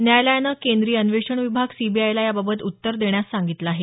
न्यायालयानं केंद्रीय अन्वेषण विभाग सीबीआयला याबाबत उत्तर देण्यास सांगितलं आहे